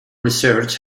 research